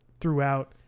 throughout